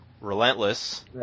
Relentless